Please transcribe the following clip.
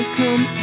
come